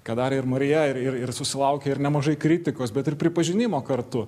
ką darė ir marija ir ir susilaukė ir nemažai kritikos bet ir pripažinimo kartu